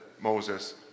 Moses